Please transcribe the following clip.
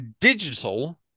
digital